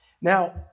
Now